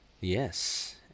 Yes